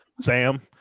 Sam